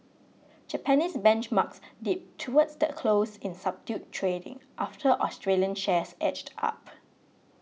Japanese benchmarks dipped towards the close in subdued trading after Australian shares edged up